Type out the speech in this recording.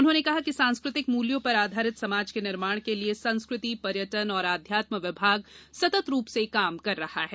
उन्होंने कहा कि सांस्कृतिक मूल्यों पर आधारित समाज के निर्माण के लिये संस्कृति पर्यटन एवं आध्यात्म विभाग सतत रूप से काम कर रहा है